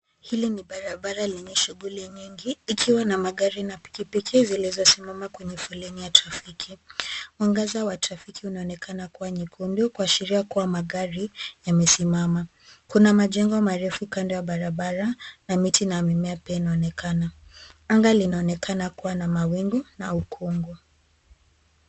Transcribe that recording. Hili ni barabara lenye shughuli nyingi, ikiwa na magari na pikipiki zilizosimama kwenye foleni ya trafiki. Mwangaza wa trafiki unaonekana kuwa nyekundu kuashiria kuwa magari yamesimama. Kuna majengo marefu kando ya barabara na miti na mimea pia inaonekana. Anga linaonekana kuwa na mawingu na ukungu.